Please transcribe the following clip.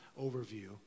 overview